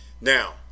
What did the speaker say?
Now